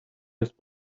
his